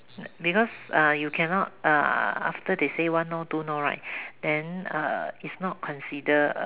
because uh you cannot uh after they say one no two no right then uh is not consider